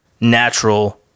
natural